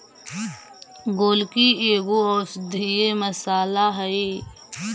गोलकी एगो औषधीय मसाला हई